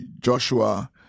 Joshua